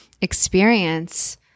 experience